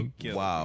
Wow